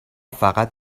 فقط